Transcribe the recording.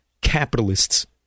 capitalists